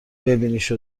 ببینیش